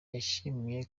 yashimye